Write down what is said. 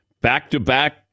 Back-to-back